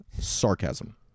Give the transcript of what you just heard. Sarcasm